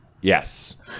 Yes